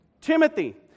Timothy